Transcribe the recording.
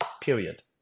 Period